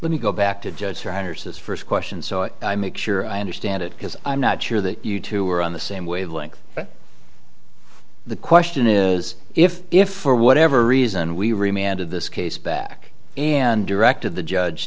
let me go back to judge for hundreds this first question so i make sure i understand it because i'm not sure that you two are on the same wavelength but the question is if if for whatever reason we remained in this case back and directed the judge